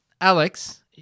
Alex